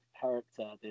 character